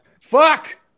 Fuck